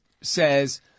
says